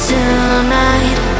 Tonight